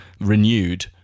renewed